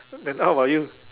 then how about you